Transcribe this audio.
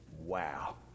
Wow